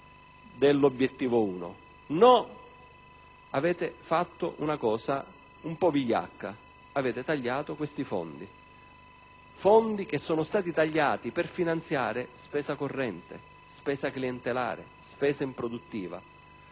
ma avete fatto una cosa un po' vigliacca: avete tagliato quei fondi. Sono stati tagliati per finanziare spesa corrente, spesa clientelare, spesa improduttiva;